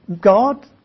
God